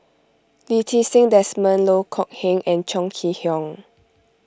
Lee Ti Seng Desmond Loh Kok Heng and Chong Kee Hiong